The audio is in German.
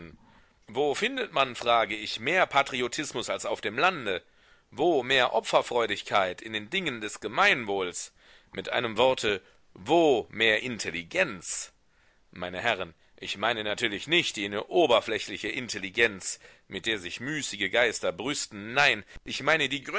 wo findet man frage ich mehr patriotismus als auf dem lande wo mehr opferfreudigkeit in dingen des gemeinwohls mit einem worte wo mehr intelligenz meine herren ich meine natürlich nicht jene oberflächliche intelligenz mit der sich müßige geister brüsten nein ich meine die